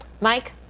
Mike